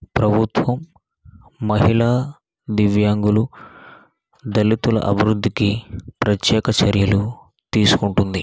ప్రభుత్వం మహిళా దివ్యాంగులు దళితుల అభివృద్ధికి ప్రత్యేక చర్యలు తీసుకుంటుంది